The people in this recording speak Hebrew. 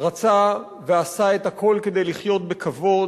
רצה ועשה את הכול כדי לחיות בכבוד,